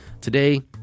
today